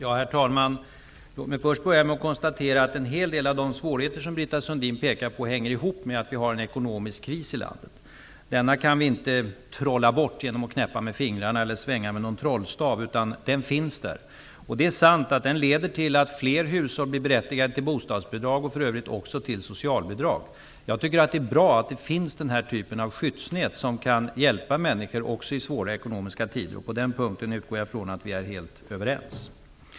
Herr talman! Låt mig först börja med att konstatera att en hel del av de svårigheter som Britta Sundin pekar på hänger ihop med att vi har en ekonomisk kris i landet. Den kan vi inte trolla bort genom att knäppa med fingrarna eller genom att svänga med en trollstav. Krisen finns där. Det är sant att den leder till att fler hushåll blir berättigade till bostadsbidrag och för övrigt också till sociabidrag. Jag tycker att det är bra att den här typen av skyddsnät finns som kan hjälpa människor även i svåra ekonomiska tider. På den punkten utgår jag ifrån att vi är helt överens.